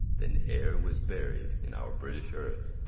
than ere was buried in our british earth.